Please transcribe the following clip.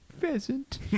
Pheasant